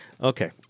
Okay